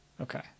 Okay